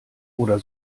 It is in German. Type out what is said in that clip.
oder